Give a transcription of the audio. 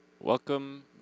Welcome